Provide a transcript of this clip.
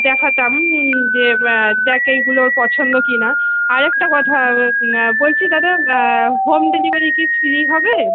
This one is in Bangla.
দেখাতাম হুম যে দেখ এইগুলো পছন্দ কি না আর একটা কথা বলছি দাদা হোম ডেলিভারি কি ফ্রি হবে